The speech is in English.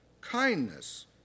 kindness